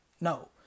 No